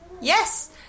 Yes